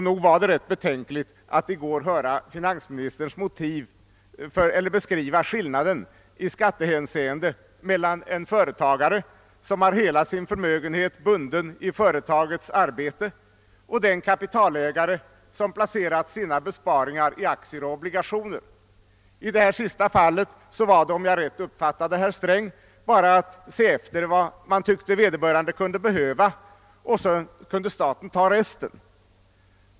Nog var det betänkligt att i går höra finansministern beskriva den skillnad han anser i skattehänseende finnas mellan den företagare, som har hela sin förmögenhet bunden i företagets arbete, och en kapitalägare, som placerat sina besparingar i aktier och obligationer. I det senare fallet var det, om jag rätt uppfattade herr Sträng, bara att konstatera vad vederbörande kunde behöva och sedan låta staten ta hand om resten.